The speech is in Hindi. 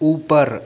ऊपर